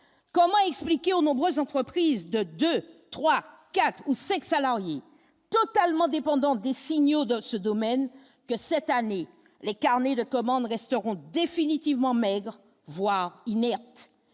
comment expliquer aux nombreuses entreprises de 2, 3, 4 ou 5 salariés totalement dépendant des signaux dans ce domaine que cette année, les carnets de commandes resteront définitivement voire inerte,